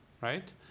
right